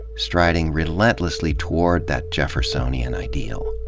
striding relentlessly toward that jeffersonian ideal.